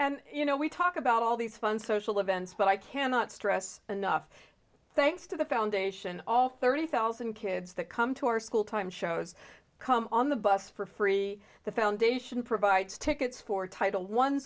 and you know we talk about all these fun social events but i cannot stress enough thanks to the foundation all thirty thousand kids that come to our school time shows come on the bus for three the foundation provides tickets for title one